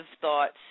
thoughts